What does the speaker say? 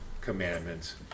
commandments